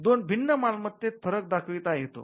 दोन भिन्न मालमत्तेतील फरक दाखविता येतो